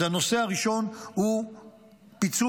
אז הנושא הראשון הוא פיצוי,